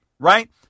Right